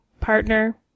partner